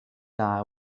guy